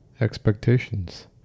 expectations